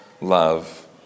love